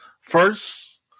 first